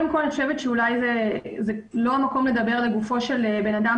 שאולי זה לא המקום לדבר לגופו של בן אדם